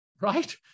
right